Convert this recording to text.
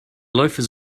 loafers